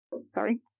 Sorry